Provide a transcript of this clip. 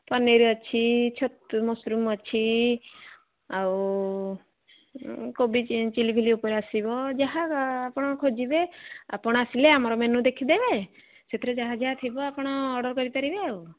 ପନିର ଅଛି ଛତୁ ମସରୁମ୍ ଅଛି ଆଉ କୋବି ଚିଲି ଫିଲି ଉପରେ ଆସିବ ଯାହା ଆପଣ ଖୋଜିବେ ଆପଣ ଆସିଲେ ଆମର ମେନୁ ଦେଖିଦେବେ ସେଥିରେ ଯାହା ଯାହା ଥିବ ଆପଣ ଅର୍ଡ଼ର କରିପାରିବେ ଆଉ